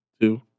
two